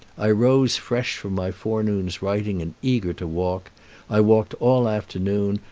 i rose fresh from my forenoon's writing and eager to walk i walked all afternoon,